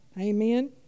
Amen